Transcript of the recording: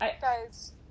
Guys